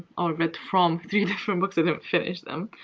or, read from three different books. i didn't finish them.